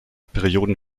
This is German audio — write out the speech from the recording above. perioden